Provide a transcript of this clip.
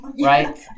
right